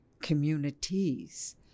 communities